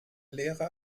lehre